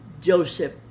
Joseph